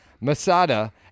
Masada